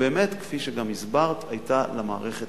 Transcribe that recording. באמת, כפי שגם הסברת, היתה למערכת